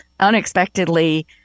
unexpectedly